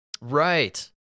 Right